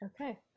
Okay